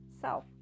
self